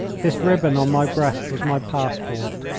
this ribbon on my breast was my passport.